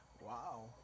Wow